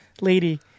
lady